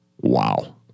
Wow